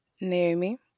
Naomi